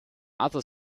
other